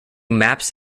maps